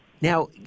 Now